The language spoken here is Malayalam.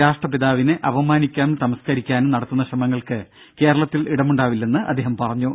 രാഷ്ട്രപിതാവിനെ അപമാനിക്കാനും തമസ്കരിക്കാനും നടത്തുന്ന ശ്രമങ്ങൾക്ക് കേരളത്തിൽ ഇടമുണ്ടാവില്ലെന്ന് അദ്ദേഹം പറഞ്ഞു